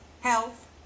health